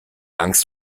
angst